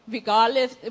Regardless